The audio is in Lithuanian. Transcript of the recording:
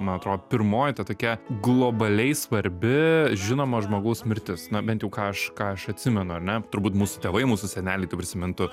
man atrodo pirmoji ta tokia globaliai svarbi žinomo žmogaus mirtis na bent jau ką aš ką aš atsimenu ar ne turbūt mūsų tėvai mūsų seneliai tai prisimintų